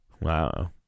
Wow